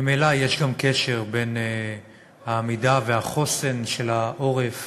ממילא יש גם קשר בין העמידה והחוסן של העורף